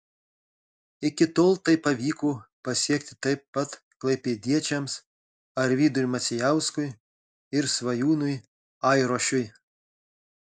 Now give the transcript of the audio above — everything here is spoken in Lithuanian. iki tol tai pavyko pasiekti taip pat klaipėdiečiams arvydui macijauskui ir svajūnui airošiui